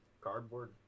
cardboard